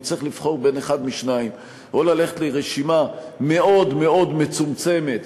נצטרך לבחור אחד משניים: או ללכת לרשימה מאוד מאוד מצומצמת,